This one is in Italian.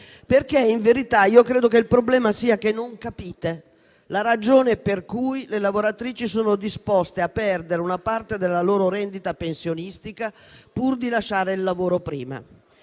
farlo. In verità credo che il problema sia che non capite la ragione per cui le lavoratrici sono disposte a perdere una parte della loro rendita pensionistica, pur di lasciare il lavoro prima.